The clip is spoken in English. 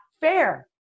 fair